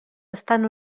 estan